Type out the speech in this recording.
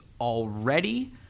already